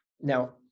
Now